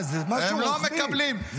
זה משהו רוחבי,